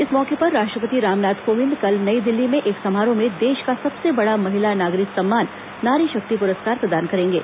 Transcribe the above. इस मौके पर राष्ट्रपति रामनाथ कोविंद कल नई दिल्ली में एक समारोह में देश का सबसे बड़ा महिला नागरिक सम्मान नारी शक्ति पुरस्कार प्रदान करेंगे